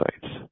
sites